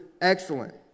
excellent